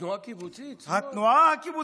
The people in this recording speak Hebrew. התנועה הקיבוצית?